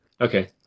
okay